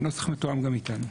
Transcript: הנוסח מתואם גם איתנו.